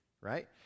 right